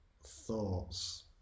thoughts